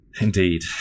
Indeed